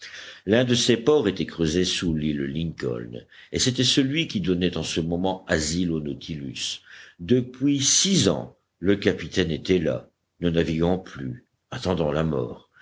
l'un de ces ports était creusé sous l'île lincoln et c'était celui qui donnait en ce moment asile au nautilus depuis six ans le capitaine était là ne naviguant plus attendant la mort